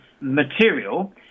material